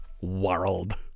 World